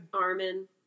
Armin